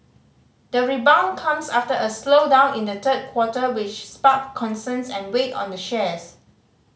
the rebound comes after a slowdown in the third quarter which sparked concerns and weighed on the shares